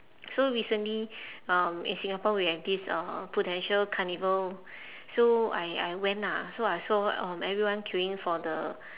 so recently um in singapore we have this uh prudential carnival so I I went ah so I saw um everyone queuing for the